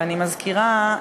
ואני מזכירה,